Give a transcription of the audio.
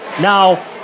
Now